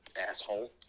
asshole